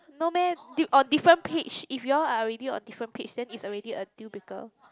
no meh orh on different page if you are already on different then is already a deal breaker